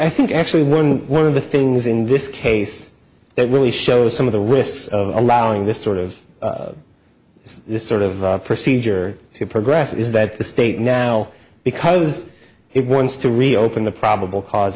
i think actually one of the things in this case that really shows some of the risks of allowing this sort of this sort of procedure to progress is that the state now because it wants to reopen the probable cause